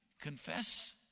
Confess